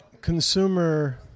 consumer